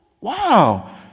Wow